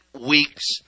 weeks